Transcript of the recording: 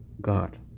God